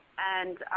and